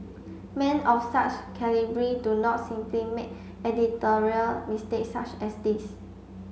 men of such calibre do not simply make editorial mistakes such as this